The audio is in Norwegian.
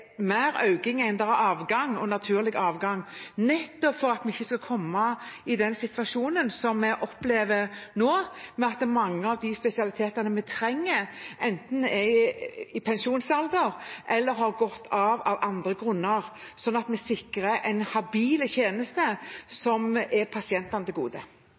avgang, naturlig avgang, nettopp for at vi ikke skal komme i den situasjonen som vi opplever nå, at mange av de spesialitetene vi trenger, enten er i pensjonsalder eller har gått av av andre grunner, og slik at vi sikrer en habil tjeneste som kommer pasientene til gode.